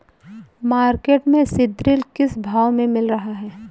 Market में सीद्रिल किस भाव में मिल रहा है?